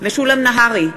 משולם נהרי,